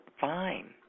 fine